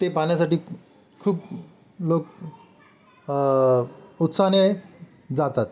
ते पाहण्यासाठी खूप लोक उत्साहाने जातात